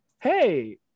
Hey